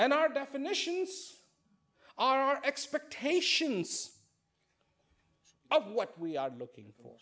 and our definitions our expectations of what we are looking